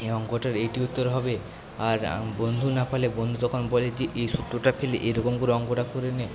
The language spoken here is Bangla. এ অঙ্কটার এইটি উত্তর হবে আর বন্ধু না পারলে বন্ধু তখন বলে তুই এই সূত্রটা ফেলে এইরকম করে অঙ্কটা করে নে